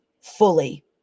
fully